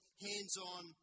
hands-on